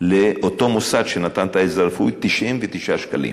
לאותו מוסד שנתן את העזרה הרפואית 99 שקלים.